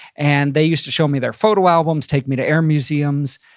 and they used to show me their photo albums, take me to air museums,